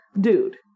dude